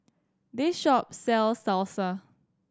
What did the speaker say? this shop sells Salsa